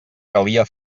calia